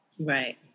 Right